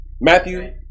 Matthew